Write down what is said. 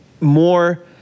more